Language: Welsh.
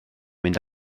mynd